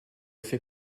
fait